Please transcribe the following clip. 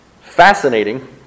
Fascinating